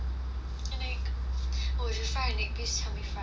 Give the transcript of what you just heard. and egg oh if you fry an egg please help me fry two